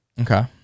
Okay